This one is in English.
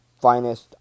finest